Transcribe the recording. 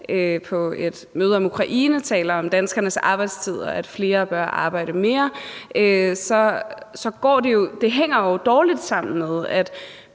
på et møde om Ukraine talte om danskernes arbejdstid og om, at flere bør arbejde mere. Det hænger jo dårligt sammen med, at